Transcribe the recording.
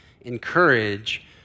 encourage